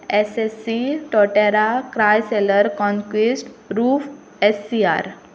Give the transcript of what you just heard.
S S C टोटेरा Chrysler conquest roof S C R